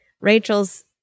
Rachel's